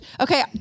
Okay